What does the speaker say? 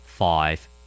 Five